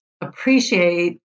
appreciate